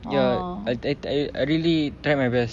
ya I I I really tried my best